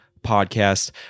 podcast